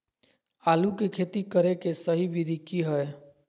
आलू के खेती करें के सही विधि की हय?